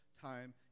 time